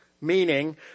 Meaning